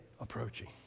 approaching